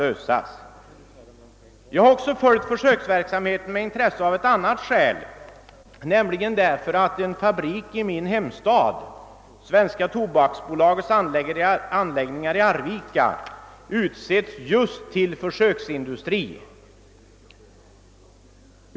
För det andra har jag följt försöksverksamheten med intresse därför att en fabrik i min hemstad, Svenska tobaksbolagets anläggning i Arvika, utsetts till försöksindustri.